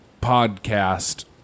podcast